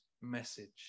message